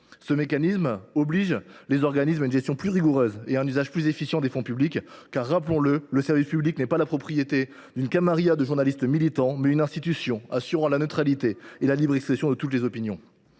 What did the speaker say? Ce mécanisme oblige ces organismes à une gestion plus rigoureuse et à un usage plus efficient des fonds publics, car, rappelons le, le service public n’est pas la propriété d’une camarilla de journalistes militants, c’est une institution assurant la neutralité et la libre expression de toutes les opinions.